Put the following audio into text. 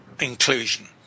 Inclusion